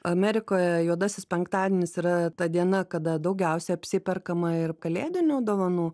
amerikoje juodasis penktadienis yra ta diena kada daugiausiai apsiperkama ir kalėdinių dovanų